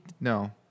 No